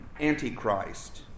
antichrist